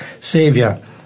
savior